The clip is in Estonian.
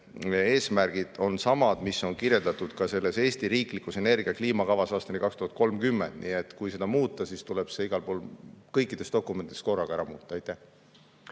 eesmärgid on samad, mis on kirjeldatud ka selles Eesti riiklikus energia‑ ja kliimakavas aastani 2030, nii et kui seda muuta, siis tuleb see igal pool kõikides dokumentides korraga ära muuta. Aitäh!